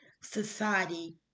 society